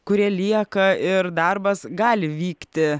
kurie lieka ir darbas gali vykti